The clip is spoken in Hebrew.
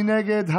מי נגד?